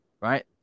right